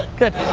good.